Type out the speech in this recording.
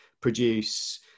produce